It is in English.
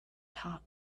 top